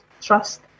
trust